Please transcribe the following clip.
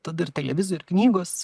tada ir televizija ir knygos